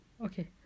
okay